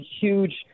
huge